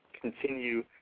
continue